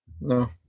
no